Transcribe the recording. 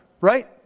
right